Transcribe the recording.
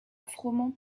froment